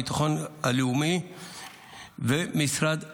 הביטחון הלאומי ומשרד הבריאות.